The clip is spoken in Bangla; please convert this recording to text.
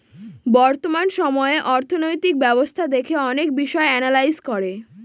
বর্তমান সময়ে অর্থনৈতিক ব্যবস্থা দেখে অনেক বিষয় এনালাইজ করে